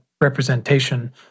representation